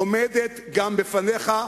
עומדת גם בפניך.